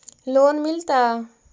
Loan मिलता?